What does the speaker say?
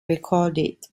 recorded